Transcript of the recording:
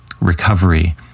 Recovery